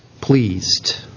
pleased